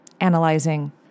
analyzing